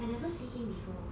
I never see him before